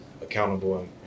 accountable